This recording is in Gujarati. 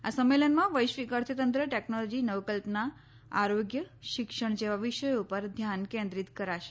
આ સંમેલનમાં વૈશ્વિક અર્થંતંત્ર ટેકનોલોજી નવકલ્પના આરોગ્ય શિક્ષણ જેવા વિષયો ઉપર ધ્યાન કેન્દ્રીત કરાશે